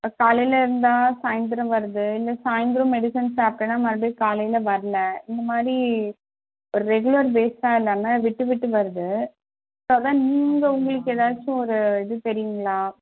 இப்போ காலையில் இருந்தால் சாயந்தரம் வருது இல்லை சாயந்தரம் மெடிசின் சாப்பிட்டனா மறுடியும் காலையில் வரல இந்தமாதிரி ஒரு ரெகுலர் பேஸ்ஸா இல்லாமல் விட்டு விட்டு வருது ஸோ அதான் நீங்கள் உங்களுக்கு எதாச்சும் ஒரு இது தெரியுங்களா